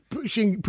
Pushing